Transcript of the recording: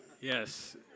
Yes